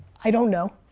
i don't know